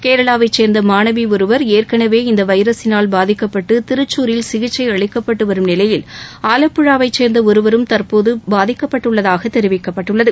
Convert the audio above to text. கேரளாவைச் சேர்ந்த மாணவி ஒருவர் ஏற்கனவே இந்த வைரஸினால் பாதிக்கப்பட்டு திரிக்சூரில் சிகிச்சை அளிக்கப்பட்டு வரும் நிலையில் ஆலப்புழாவைச் சேர்ந்த ஒருவரும் தற்போது பாதிக்கப்பட்டுள்ளதாகத் தெரிவிக்கப்பட்டுள்ளது